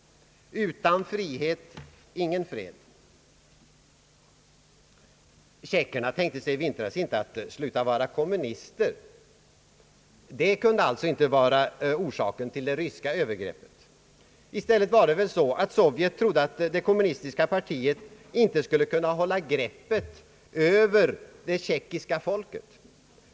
Utan frihet, ingen fred. Tjeckerna tänkte sig i vintras inte att sluta vara kommunister. Det kunde alltså inte vara orsaken till det ryska övergreppet. I stället var det väl så att Sovjet trodde att det kommunistiska partiet inte skulle kunna hålla greppet över det tjeckiska folket.